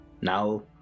Now